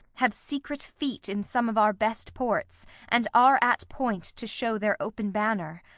have secret feet in some of our best ports and are at point to show their open banner.